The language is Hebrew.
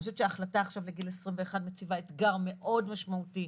אני חושבת שההחלטה עכשיו לגיל 21 מציבה אתגר מאוד משמעותי,